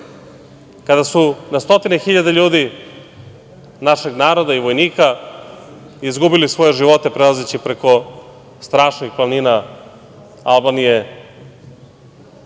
kada su na stotine hiljada ljudi, našeg naroda i vojnika izgubili svoje živote prelazeći preko strašnih planina Albanije,